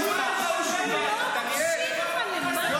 ונתניהו --- עזוב אותך --- אבל הוא לא מקשיב,